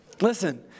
Listen